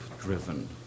driven